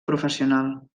professional